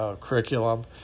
curriculum